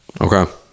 Okay